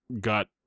got